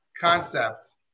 concept